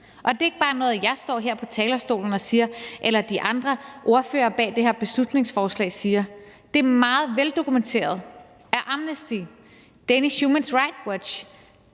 Det er ikke bare noget, jeg står her på talerstolen og siger, eller de andre ordførere bag det her beslutningsforslag siger, det er meget veldokumenteret af Amnesty International, Human Rights Watch